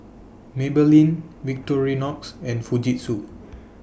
Maybelline Victorinox and Fujitsu